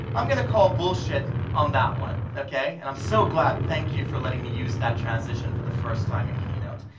i'm going to call bullshit on that one, okay. and i'm so glad, thank you for letting me use that transition for the first time in a keynote.